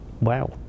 wow